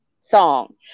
song